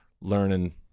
learning